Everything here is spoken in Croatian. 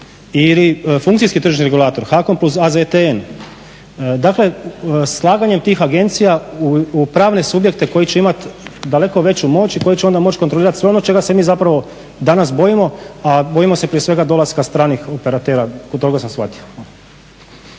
Ili funkcijski tržišni regulator HAKOM plus AZTN. Dakle, slaganjem tih agencija u pravne subjekte koji će imati daleko veću moć i koji će onda moći kontrolirati sve ono čega se mi zapravo danas bojimo, a bojimo se prije svega dolaska stranih operatera toliko sam shvatio.